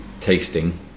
tasting